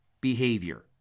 behavior